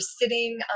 sitting